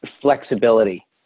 flexibility